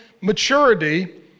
maturity